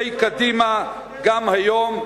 עמדת ראשי קדימה גם היום,